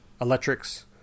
electrics